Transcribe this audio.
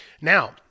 Now